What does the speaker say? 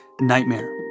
Nightmare